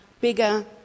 Bigger